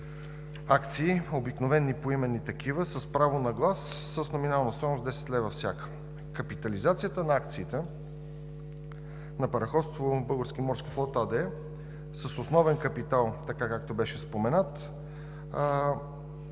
акции – обикновени, поименни, с право на глас, с номинална стойност 10 лв. всяка. Капитализацията на акциите на „Параходство Български морски флот“ АД с основен капитал, както беше споменат,